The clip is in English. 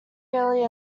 early